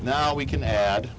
now we can add